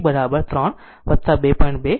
તેથી i t 3 2